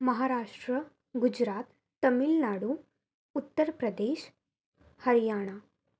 Maharashtra Gujarat Tamil Nadu Uttar Pradesh Haryana